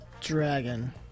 Dragon